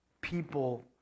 people